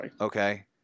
Okay